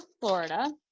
Florida